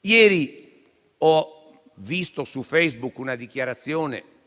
Ieri ho letto su Facebook una dichiarazione